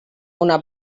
una